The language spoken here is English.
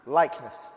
likeness